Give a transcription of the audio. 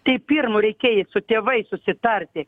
tai pirmu reikėja su tėvais susitarti